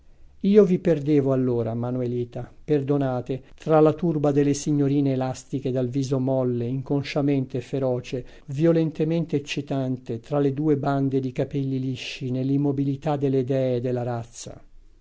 io vi perdevo allora manuelita perdonate tra la turba delle signorine elastiche dal viso molle inconsciamente feroce violentemente eccitante tra le due bande di capelli lisci nell'immobilità delle dee della razza